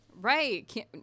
right